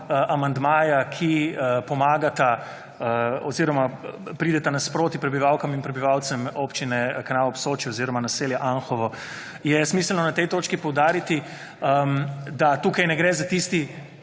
amandmaja, ki pomagata oziroma prideta nasproti prebivalkam in prebivalcem občine Kanal ob Soči oziroma naselju Anhovo, je smiselno na tej točki poudariti, da tukaj ne gre za tisti